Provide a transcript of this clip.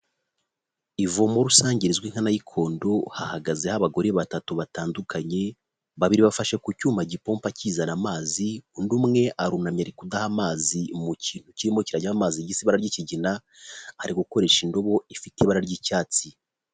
Ivomo rusange rizwi nka Nayikondo, hahagazeho abagore batatu batandukanye, babiri bafashe ku cyuma gipompa kizana amazi, undi umwe arunamye ari kudaha amazi mu kintu kirimo kirajyamo amazi gisa ibara ry'ikigina, ari gukoresha indobo ifite ibara ry'icyatsi.